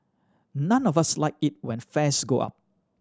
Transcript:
none of us like it when fares go up